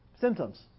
symptoms